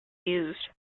used